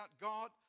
God